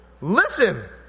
Listen